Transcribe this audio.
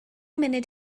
munud